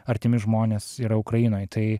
artimi žmonės yra ukrainoj tai